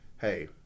hey